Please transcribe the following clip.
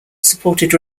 supported